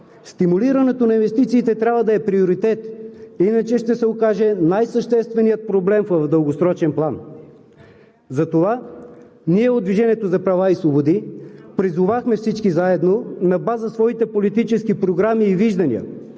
Стимулирането на инвестициите трябва да е приоритет. Иначе ще се окаже най-същественият проблем в дългосрочен план. Затова ние от „Движението за права и свободи“ призовахме всички заедно, на базата на своите политически програми и виждания,